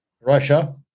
Russia